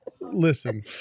listen